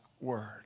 word